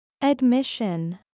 Admission